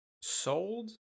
sold